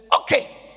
okay